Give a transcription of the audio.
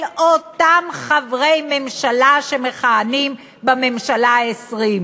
אותם חברי ממשלה שמכהנים בממשלה ה-34.